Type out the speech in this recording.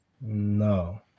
no